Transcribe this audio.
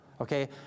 Okay